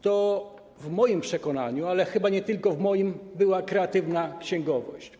To w moim przekonaniu, ale chyba nie tylko w moim, była kreatywna księgowość.